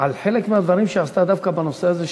על חלק מהדברים שהיא עשתה דווקא בנושא הזה,